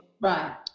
right